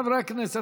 חברי הכנסת,